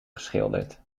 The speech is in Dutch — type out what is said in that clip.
geschilderd